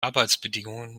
arbeitsbedingungen